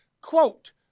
Quote